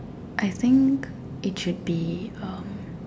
I think it should be um